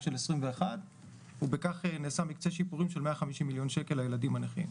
של 2021 ובכך נעשה מקצה שיפורים של 150 מיליון שקלים לילדים הנכים.